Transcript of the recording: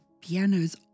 pianos